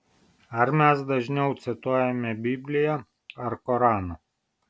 ar mes dažniau cituojame bibliją ar koraną